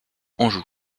anjou